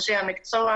אנשי המקצוע,